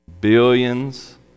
billions